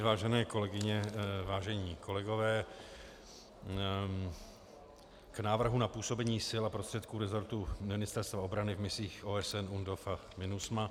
Vážené kolegyně, vážení kolegové, k návrhu na působení sil a prostředků rezortu Ministerstva obrany v misích OSN UNDOF a MINUSMA.